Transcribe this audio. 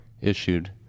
issued